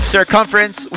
Circumference